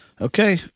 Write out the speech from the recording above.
Okay